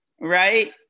right